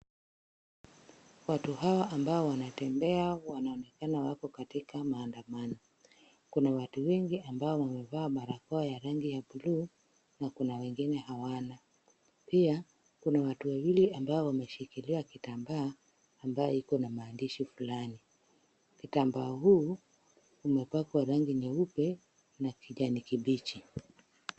Watu hawa ambao wanatembea wanaonekana wako katika maandamano. Kuna watu wengi ambao wamevaa barakoa ya rangi ya blue na kuna wengine hawana. Pia kuna watu wawili ambao wameshikilia kitambaa ambayo ikona maandishi fulani. Kitambaa huu umepakwa rangi nyeupe na kijani kibichi.